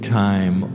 time